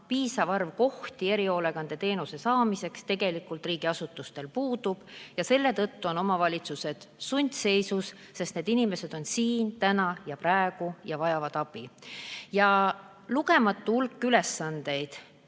piisavat arvu kohti erihoolekande teenuse osutamiseks riigiasutustes pole ja selle tõttu on omavalitsused sundseisus, sest need inimesed on siin täna ja praegu ja vajavad abi. On veel lugematu hulk ülesandeid,